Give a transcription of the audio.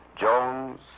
Jones